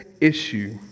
issue